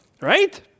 Right